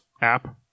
app